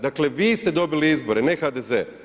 Dakle vi ste dobili izbore, ne HDZ.